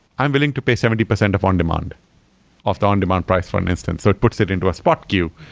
i'm willing to pay seventy percent of on-demand, of the on-demand price for and instance. so it puts it into a spot queue.